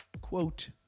quote